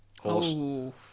horse